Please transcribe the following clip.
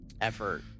effort